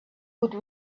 would